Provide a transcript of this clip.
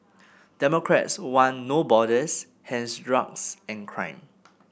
democrats want No Borders hence drugs and crime